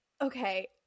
Okay